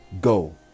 go